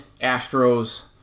Astros